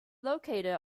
located